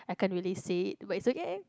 I can't really say it but is okay